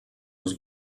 was